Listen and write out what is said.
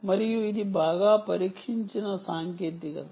మరియు ఇది బాగా పరీక్షించిన సాంకేతికత